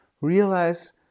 realize